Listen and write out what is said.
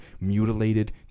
mutilated